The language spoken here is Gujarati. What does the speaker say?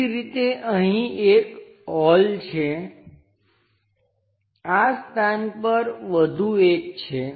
એ જ રીતે અહીં એક હોલ છે આ સ્થાન પર વધુ એક છે